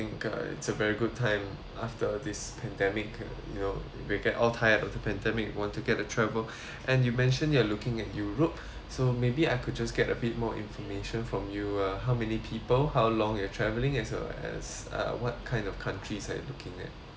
uh it's a very good time after this pandemic you know we get all tired of the pandemic we want to get a travel and you mentioned you are looking at europe so maybe I could just get a bit more information from you uh how many people how long you're travelling as uh as uh what kind of countries are you looking at